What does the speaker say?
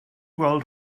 gweld